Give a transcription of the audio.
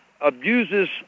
abuses